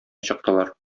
чыктылар